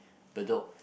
Bedok